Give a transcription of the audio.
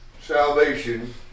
Salvation